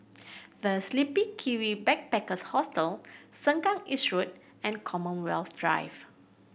The Sleepy Kiwi Backpackers Hostel Sengkang East Road and Commonwealth Drive